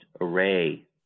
array